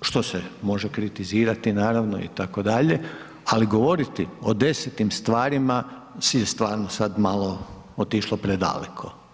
što se može kritizirati naravno itd., ali govoriti o desetim stvarima se stvarno sad malo otišlo predaleko.